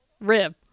Rib